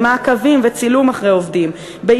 במעקבים אחרי עובדים וצילום עובדים,